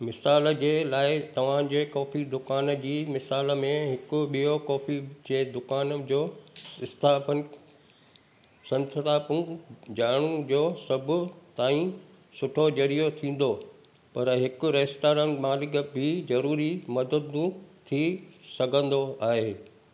मिसाल जे लाइ तव्हांजे कॉफी दुकान जी मिसाल में हिकु ॿियों कॉफी जे दुकान जो स्थापन संस्थापन ॼाणु जो सभु ताईं सुठो ज़रियो थींदो पर हिकु रेस्तरां मालिक बि ज़रूरी मदद थी सघंदो आहे